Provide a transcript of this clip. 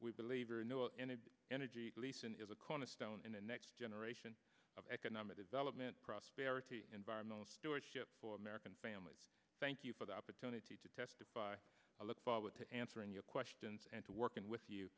we believe or no energy lease and is a cornerstone in the next generation of economic development prosperity environmental stewardship for american families thank you for the opportunity to test by i look forward to answering your questions and to working with you